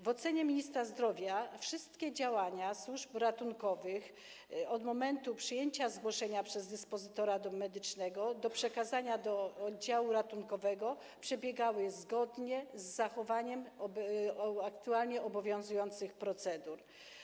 W ocenie ministra zdrowia wszystkie działania służb ratunkowych od momentu przyjęcia zgłoszenia przez dyspozytora medycznego do przekazania go do oddziału ratunkowego przebiegały z zachowaniem aktualnie obowiązujących procedur.